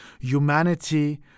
Humanity